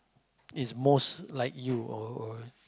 is most like you or or